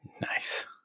Nice